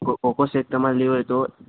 cocoa shake તમારે લેવો હોય તો